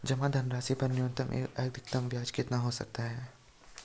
जमा धनराशि पर न्यूनतम एवं अधिकतम ब्याज कितना हो सकता है?